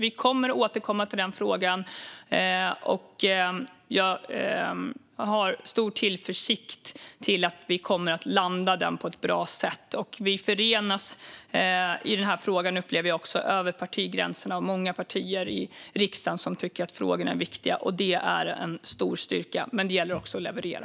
Vi kommer att återkomma till den frågan. Jag känner stor tillförsikt när det gäller att vi kommer att landa den på ett bra sätt. Vi förenas, upplever jag, över partigränserna i den här frågan. Många partier i riksdagen tycker att detta är viktigt, och det är en stor styrka. Men det gäller också att leverera.